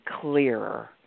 clearer